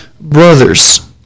brothers